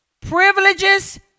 privileges